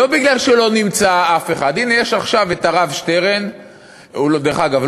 זו עיר שכולה כוהנים.